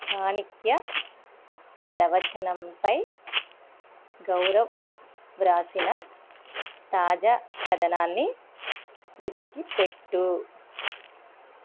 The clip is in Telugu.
చాణక్య ప్రవచనం పై గౌరవ్ వ్రాసిన తాజా కథనాన్ని వెతికిపెట్టు